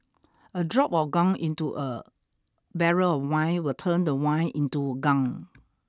a drop of gunk into a barrel of wine will turn the wine into gunk